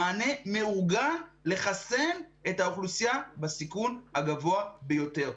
מענה מאורגן לחסן את האוכלוסייה בסיכון הגבוה ביותר.